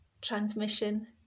transmission